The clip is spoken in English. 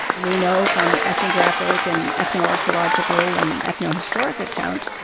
we know from ethnographic and ethno-archaeological and ethnohistoric accounts,